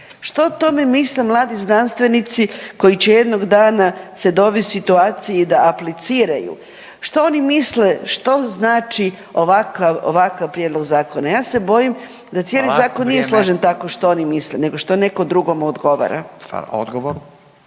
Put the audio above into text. Što o tome misle mladi znanstvenici koji će jednog dana se dovest u situaciji da apliciraju, što oni misle što znači ovakav, ovakav prijedlog zakona. Ja se bojim da cijeli zakon …/Upadica: Hvala, vrijeme./… tako što oni misle nego što nekom drugom odgovara. **Radin,